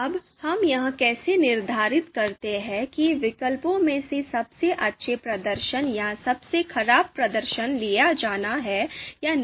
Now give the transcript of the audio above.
अब हम यह कैसे निर्धारित करते हैं कि विकल्पों में से सबसे अच्छा प्रदर्शन या सबसे खराब प्रदर्शन लिया जाना है या नहीं